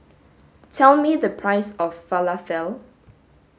tell me the price of Falafel